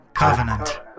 covenant